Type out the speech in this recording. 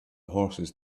horses